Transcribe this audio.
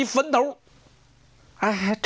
if i had